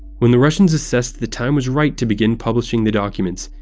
when the russians assessed the time was right to begin publishing the documents,